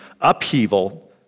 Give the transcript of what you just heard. upheaval